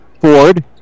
Ford